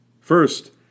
First